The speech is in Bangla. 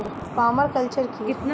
পার্মা কালচার কি?